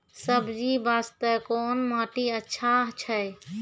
सब्जी बास्ते कोन माटी अचछा छै?